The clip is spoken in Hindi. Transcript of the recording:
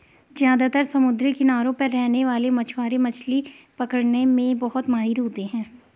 ज्यादातर समुद्री किनारों पर रहने वाले मछवारे मछली पकने में बहुत माहिर होते है